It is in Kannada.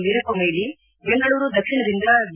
ವೀರಪ್ಪ ಮೊಯ್ಲಿ ಬೆಂಗಳೂರು ದಕ್ಷಿಣದಿಂದ ಬಿ